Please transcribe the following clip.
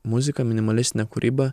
muziką minimalistinę kūrybą